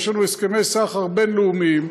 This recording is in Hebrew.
יש לנו הסכמי סחר בין-לאומיים,